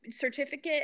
certificate